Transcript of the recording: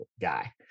guy